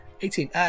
Eighteen